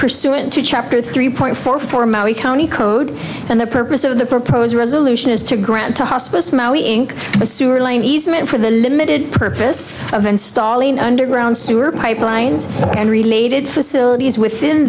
pursuant to chapter three point four four maui county code and the purpose of the proposed resolution is to grant to hospice maui inc a sewer line easement for the limited purpose of installing underground sewer pipelines and related facilities within